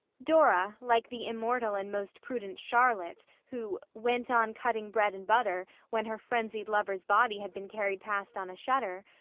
dora, like the immortal and most prudent charlotte, who went on cutting bread and butter when her frenzied lover's body had been carried past on a shutter,